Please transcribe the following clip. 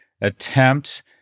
attempt